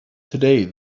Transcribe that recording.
today